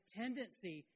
tendency